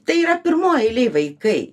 tai yra pirmoj eilėj vaikai